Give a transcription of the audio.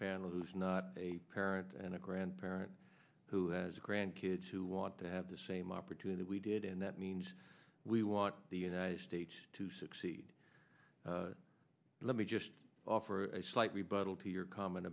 who's not a parent and a grandparent who has grand kids who want to have the same opportunity we did and that means we want the united states to succeed let me just offer a slight rebuttal to your comment